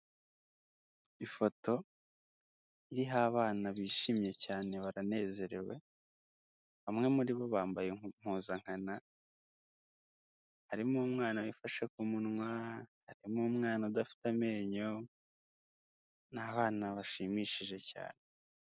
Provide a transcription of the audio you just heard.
Ifoto iriho abana bishimye cyane baranezerewe, bamwe muri bo bambaye impuzankana, harimo umwana wifashe ku munwa, harimo umwana udafite amenyo n'abana bashimishije cyane.